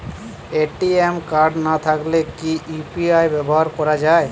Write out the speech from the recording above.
ATM card না থাকলে কি ইউ.পি.আই ব্যবহার করা য়ায়?